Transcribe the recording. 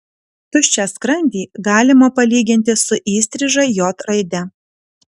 tuščią skrandį galima palyginti su įstriža j raide